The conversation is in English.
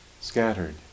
scattered